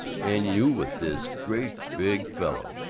and you with this great big fellow!